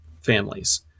families